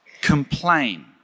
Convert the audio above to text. complain